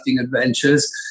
adventures